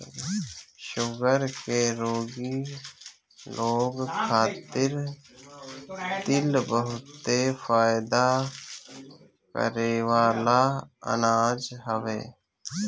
sugar के रोगी लोग खातिर तिल बहुते फायदा करेवाला अनाज हवे